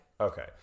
Okay